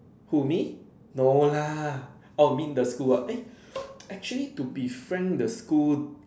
who me no lah oh mean the school eh actually to be frank the school